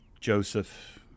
Joseph